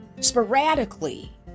sporadically